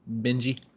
Benji